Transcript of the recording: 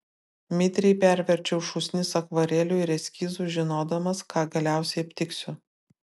mitriai perverčiau šūsnis akvarelių ir eskizų žinodamas ką galiausiai aptiksiu